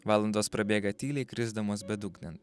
valandos prabėga tyliai krisdamos bedugnėn